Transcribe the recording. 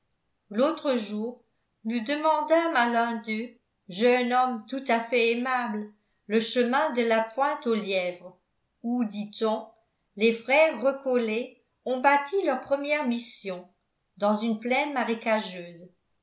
l'autre jour nous demandâmes à l'un d'eux jeune homme tout à fait aimable le chemin de la pointe au lièvre où dit-on les frères récollets ont bâti leur première mission dans une plaine marécageuse